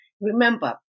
Remember